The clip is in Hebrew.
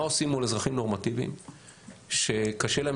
מה עושים מול אזרחים נורמטיביים שקשה להם